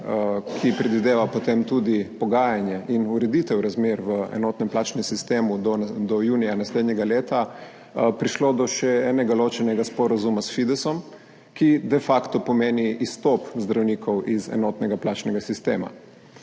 ki predvideva potem tudi pogajanja in ureditev razmer v enotnem plačnem sistemu do junija naslednjega leta, prišlo do še enega ločenega sporazuma s Fidesom, ki de facto pomeni izstop zdravnikov iz enotnega plačnega sistema.